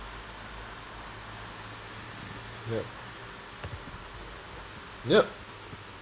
ya yup